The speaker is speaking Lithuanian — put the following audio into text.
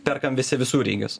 perkam visi visureigius